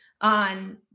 on